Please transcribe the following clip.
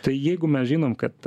tai jeigu mes žinom kad